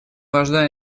важна